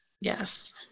Yes